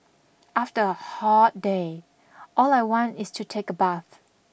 after a hot day all I want is to take a bath